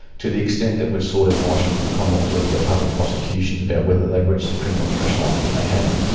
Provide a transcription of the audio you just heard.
to the extent that we're sought advice from the commonwealth director of public prosecutions about whether they've reached the criminal threshold. they haven't,